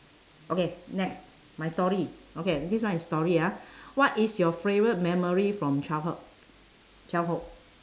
okay next my story okay this one is story ah what is your favourite memory from childhood childhood